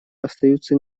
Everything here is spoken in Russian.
остаются